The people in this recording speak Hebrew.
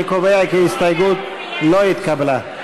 אני קובע כי ההסתייגות לא התקבלה.